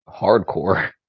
hardcore